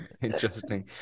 Interesting